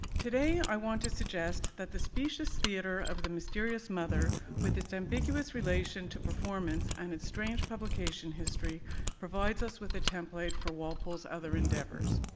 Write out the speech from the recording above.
today i want to suggest that the specious theater of the mysterious mother with its ambiguous relation to performance and it's strange publication history provides us with the template for walpole's other endeavors.